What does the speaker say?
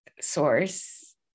source